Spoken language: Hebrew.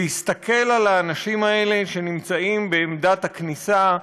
להסתכל על האנשים האלה, שנמצאים בעמדת הכניסה,